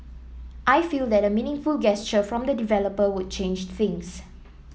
I feel that a meaningful gesture from the developer would change things